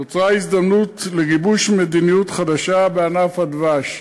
נוצרה ההזדמנות לגיבוש מדיניות חדשה בענף הדבש.